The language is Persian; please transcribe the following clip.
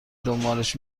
دنبالش